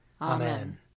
Amen